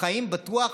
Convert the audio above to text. חיים בטוח,